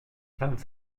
vingt